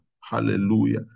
Hallelujah